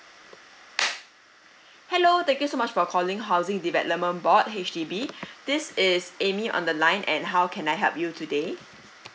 hello thank you so much for calling housing development board H_D_B this is amy on the line and how can I help you today